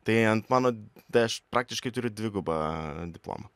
tai ant mano tai aš praktiškai turiu dvigubą diplomą